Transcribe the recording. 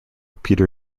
peter